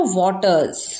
waters